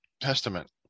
testament